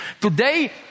Today